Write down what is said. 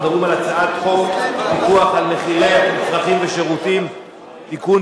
אנחנו מדברים על הצעת חוק פיקוח על מחירי מצרכים ושירותים (תיקון,